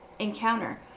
encounter